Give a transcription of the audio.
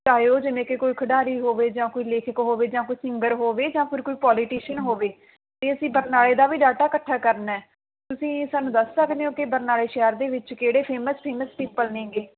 ਚਾਹੇ ਉਹ ਜਿਵੇਂ ਕਿ ਕੋਈ ਖਿਡਾਰੀ ਹੋਵੇ ਜਾਂ ਕੋਈ ਲੇਖਕ ਹੋਵੇ ਜਾਂ ਕੋਈ ਸਿੰਗਰ ਹੋਵੇ ਜਾਂ ਫਿਰ ਕੋਈ ਪੋਲੀਟੀਸ਼ੀਅਨ ਹੋਵੇ ਅਤੇ ਅਸੀਂ ਬਰਨਾਲੇ ਦਾ ਵੀ ਡਾਟਾ ਇਕੱਠਾ ਕਰਨਾ ਤੁਸੀਂ ਸਾਨੂੰ ਦੱਸ ਸਕਦੇ ਹੋ ਕਿ ਬਰਨਾਲੇ ਸ਼ਹਿਰ ਦੇ ਵਿੱਚ ਕਿਹੜੇ ਫੇਮਸ ਫੇਮਸ ਪੀਪਲ ਨੇਗੇ